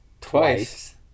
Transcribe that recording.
Twice